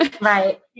Right